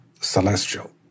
celestial